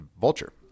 Vulture